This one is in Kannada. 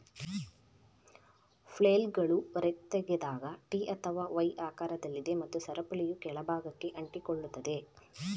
ಫ್ಲೇಲ್ಗಳು ಹೊರತೆಗೆದಾಗ ಟಿ ಅಥವಾ ವೈ ಆಕಾರದಲ್ಲಿದೆ ಮತ್ತು ಸರಪಳಿಯು ಕೆಳ ಭಾಗಕ್ಕೆ ಅಂಟಿಕೊಳ್ಳುತ್ತದೆ